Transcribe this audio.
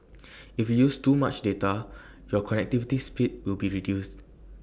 if use too much data your connectivity speed will be reduced